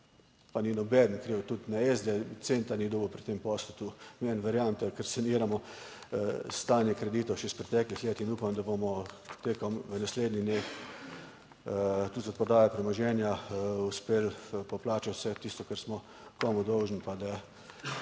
pa ni nobeden kriv, tudi ne SD centa ni dobil pri tem poslu tu, meni verjemite, ker saniramo stanje kreditov še iz preteklih let in upam, da bomo tekom v naslednjih dneh tudi z odprodajo premoženja uspeli poplačati vse tisto, kar smo komu dolžni, pa da